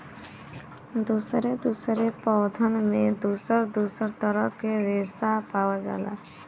दुसरे दुसरे पौधन में दुसर दुसर तरह के रेसा पावल जाला